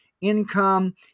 income